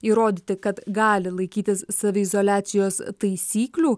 įrodyti kad gali laikytis saviizoliacijos taisyklių